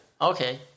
Okay